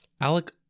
Alec